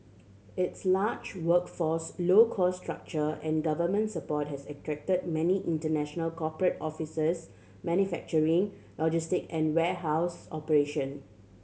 its large workforce low cost structure and government support has attracted many international corporate officers manufacturing logistic and warehouse operation